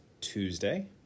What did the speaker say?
Tuesday